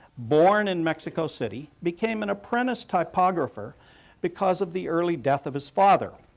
born in mexico city, became an apprentice typographer because of the early death of his father.